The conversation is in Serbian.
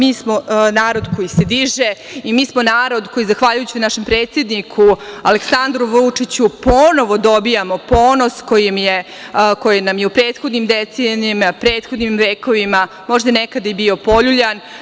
Mi smo narod koji se diže i mi smo narod koji zahvaljujući našem predsedniku Aleksandru Vučiću ponovo dobijamo ponos koji nam je u prethodnim decenijama, prethodnim vekovima, možda nekada i bio poljuljan.